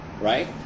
right